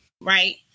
right